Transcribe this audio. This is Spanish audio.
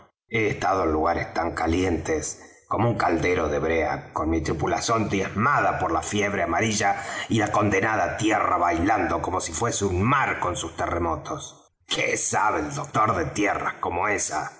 he estado en lugares tan calientes como un caldero de bréa con mi tripulación diezmada por la fiebre amarilla y la condenada tierra bailando como si fuese un mar con sus terremotos qué sabe el doctor de tierras como esa